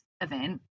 event